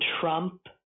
Trump